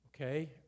Okay